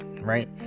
right